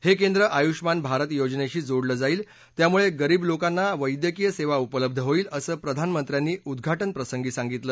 हे केंद्र आयुष्यमान भारत योजनेशी जोडलं जाईल त्यामुळं गरीब लोकांना वैदयकीय सेवा उपलब्ध होईल असं प्रधानमंत्र्यांनी उद्घाटनप्रसंगी सांगितलं